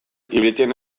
ibiltzen